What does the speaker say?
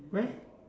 where